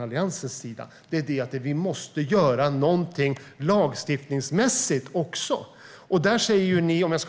Alliansen pekar på att vi måste göra något lagstiftningsmässigt också. Om jag